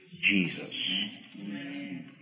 Jesus